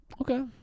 Okay